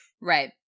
Right